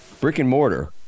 brick-and-mortar